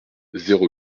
zéro